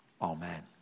Amen